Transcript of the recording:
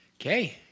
Okay